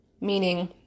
meaning